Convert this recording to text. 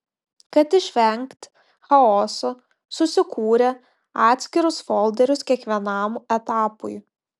kad išvengt chaoso susikūrė atskirus folderius kiekvienam etapui